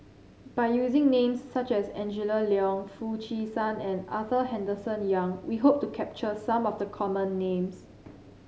by using names such as Angela Liong Foo Chee San and Arthur Henderson Young we hope to capture some of the common names